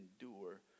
endure